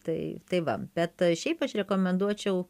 tai tai va bet šiaip aš rekomenduočiau